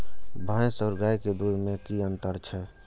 भैस और गाय के दूध में कि अंतर छै?